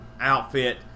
outfit